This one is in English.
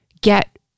get